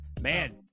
man